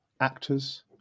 actors